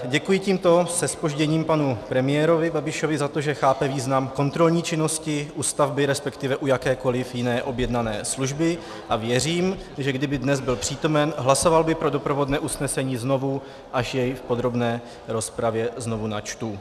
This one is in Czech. Děkuji tímto se zpožděním panu premiérovi Babišovi za to, že chápe význam kontrolní činnosti u stavby, resp. u jakékoliv jiné objednané služby, a věřím, že kdyby dnes byl přítomen, hlasoval by pro doprovodné usnesení znovu, až jej v podrobné rozpravě znovu načtu.